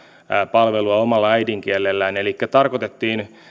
palvelua omalla äidinkielellään elikkä tarkoitettiin